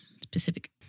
Specific